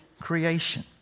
creation